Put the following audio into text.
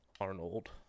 Arnold